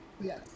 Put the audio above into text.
Yes